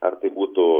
ar tai būtų